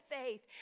faith